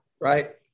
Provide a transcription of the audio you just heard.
right